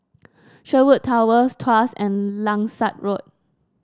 Sherwood Towers Tuas and Langsat Road